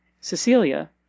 Cecilia